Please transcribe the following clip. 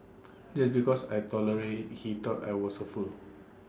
just because I tolerated he thought I was A fool